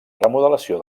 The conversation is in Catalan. remodelació